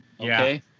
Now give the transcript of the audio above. okay